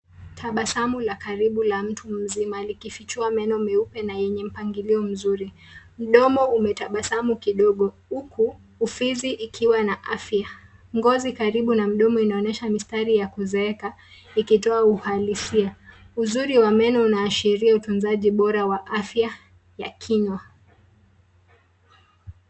Tabasamu la karibu la mtu mzima likifichua meno meupe ne yenye mpangilio mzuri. Mdomo umetabaamu kidogo huku ufizi ikiwa na afya. Ngozi karibu na mdomo inaonyesha mistari ya kuzeeka ikitoa uhalisia. Uzuri wa meno unaashiria utunzaji bora wa afya ya kinywa.